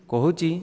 କହୁଛି